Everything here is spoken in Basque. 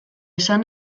esan